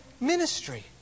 ministry